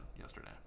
Yesterday